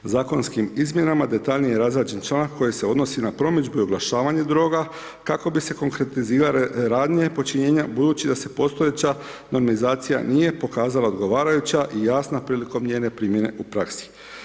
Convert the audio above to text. Zakonskim izmjenama detaljnije je razrađen članak koji se odnosi na promidžbu i oglašavanje droga, kako bi se konkretizirale radnje, počinjena, budući da se postojeća normizacija, nije pokazala odgovarajuća i jasna prilikom njene primjene u praksi.